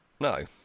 No